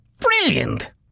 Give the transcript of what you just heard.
brilliant